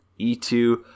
E2